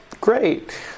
great